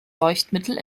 leuchtmittel